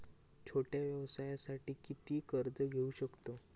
छोट्या व्यवसायासाठी किती कर्ज घेऊ शकतव?